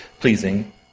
pleasing